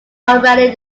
already